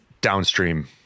downstream